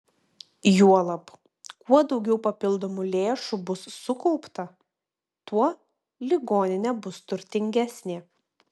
juolab kuo daugiau papildomų lėšų bus sukaupta tuo ligoninė bus turtingesnė